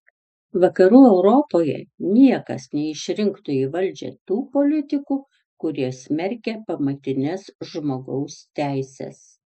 vakarų europoje niekas neišrinktų į valdžią tų politikų kurie smerkia pamatines žmogaus teises